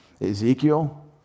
Ezekiel